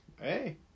hey